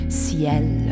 ciel